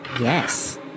Yes